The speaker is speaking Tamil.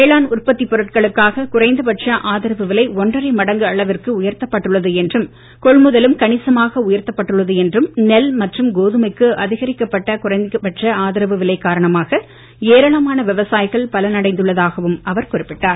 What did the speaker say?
வேளாண் உற்பத்தி பொருட்களுக்காக குறைந்த பட்ச ஆதரவு விலை ஒன்றரை மடங்கு அளவிற்கு உயர்த்தப்பட்டுள்ளது என்றும் கொள்முதலும் கணிசமாக உயர்த்தப்பட்டுள்ளது என்றும் நெல் மற்றும் கோதுமைக்கு அதிகரிக்கப்பட்ட குறைந்த பட்ச ஆதரவு விலை காரணமாக ஏராளமான விவசாயிகள் பலன் அடைந்தள்ளதாகவும் அவர் குறிப்பிட்டார்